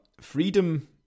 freedom